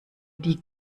die